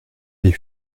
les